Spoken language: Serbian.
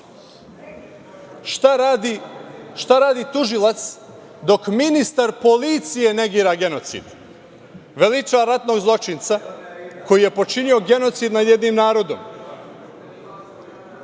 radi tužilac dok ministar policije negira genocid? Veliča ratnog zločinca koji je počinio genocid nad jednim narodom. Pitam